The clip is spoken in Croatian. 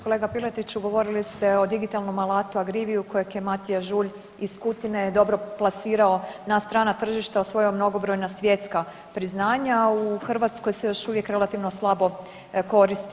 Kolega Piletiću govorili ste o digitalnom alatu AGRIVI-ju kojeg je Matija Žulj iz Kutine dobro plasirao na strana tržišta, osvojio mnogobrojna svjetska priznanja, a u Hrvatskoj se još uvijek relativno slabo koristi.